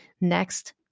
Next